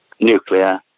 nuclear